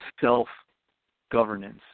self-governance